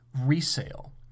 resale